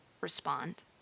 respond